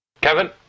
Kevin